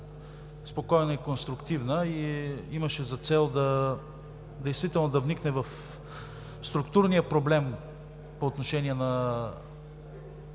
спокойна и конструктивна и имаше за цел действително да вникне в структурния проблем по отношение на